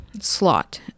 slot